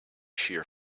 shear